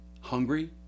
hungry